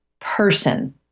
person